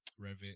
Revit